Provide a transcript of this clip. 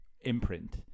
imprint